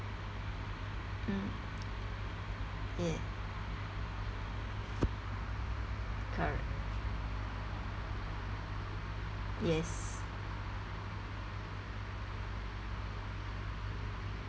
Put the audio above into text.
mm yeah correct yes